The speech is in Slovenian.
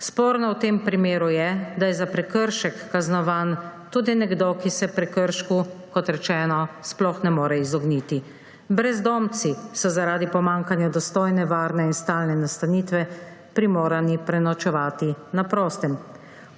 Sporno v tem primeru je, da je za prekršek kaznovan tudi nekdo, ki se prekršku, kot rečeno, sploh ne more izogniti. Brezdomci so zaradi pomanjkanja dostojne, varne in stalne nastanitve primorani prenočevati na prostem.